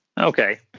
Okay